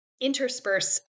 intersperse